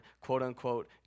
quote-unquote